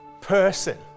person